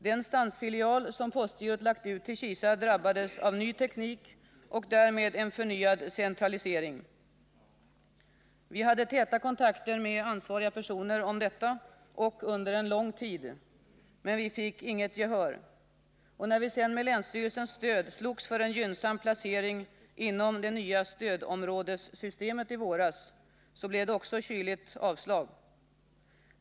Den stansfilial som postgirot lagt ut till Kisa drabbades av ny teknik och därmed en förnyad centralisering. Vi hade täta kontakter med ansvariga personer om detta och under lång tid, men vi fick inget gehör. När vi sedan med länsstyrelsens stöd slogs för en gynnsam placering inom det nya stödområdessystemet i våras, blev det också kyligt avslag.